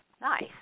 Nice